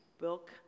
book